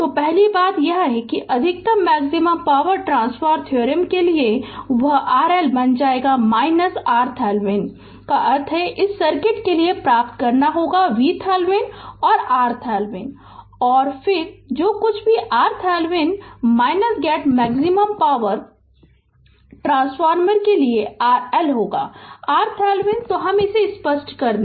तो पहली बात यह है कि अधिकतम मैक्सिमम पॉवर ट्रान्सफर थ्योरम के लिए वह RL बन जाएगा RTheveninका अर्थ है इस सर्किट के लिए प्राप्त करना होगा VThevenin and RThevenin तो और फिर जो कुछ भी RThevenin get maximum power transfer के लिए RL होगा RThevenin तो हम इसे स्पष्ट कर दे